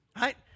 Right